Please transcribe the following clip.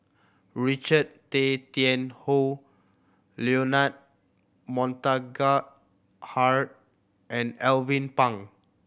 Richard Tay Tian Hoe Leonard Montague Harrod and Alvin Pang